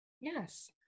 Yes